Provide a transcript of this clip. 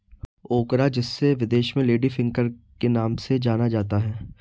ओकरा जिसे विदेश में लेडी फिंगर के नाम से जाना जाता है